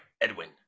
edwin